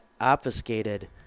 obfuscated